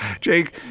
Jake